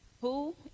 Who